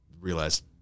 realized